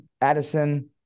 Addison